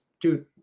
dude